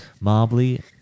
Mobley